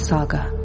Saga